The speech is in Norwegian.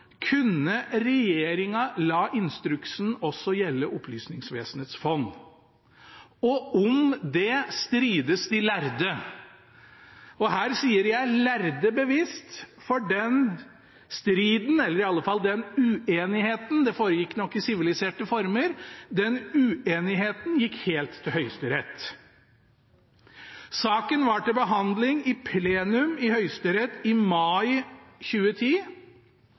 Kunne regjeringen la instruksen også gjelde Opplysningsvesenets fond? Om det strides de lærde. Her sier jeg «lærde» bevisst, for den striden eller iallfall den uenigheten – det foregikk nok i siviliserte former – gikk helt til Høyesterett. Saken var til behandling i plenum i Høyesterett i mai 2010,